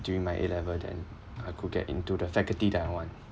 during my A level then I could get into the faculty that I want